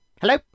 Hello